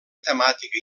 temàtica